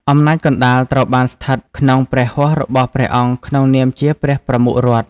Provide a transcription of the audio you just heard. អំណាចកណ្តាលត្រូវបានស្ថិតក្នុងព្រះហស្ថរបស់ព្រះអង្គក្នុងនាមជា "ព្រះប្រមុខរដ្ឋ"។